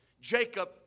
Jacob